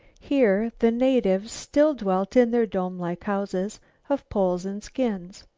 here the natives still dwelt in their dome-like houses of poles and skins.